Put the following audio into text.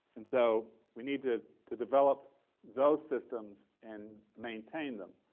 and so we need to to develop those systems and maintain them.